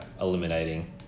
eliminating